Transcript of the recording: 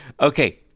Okay